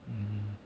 mm